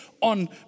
on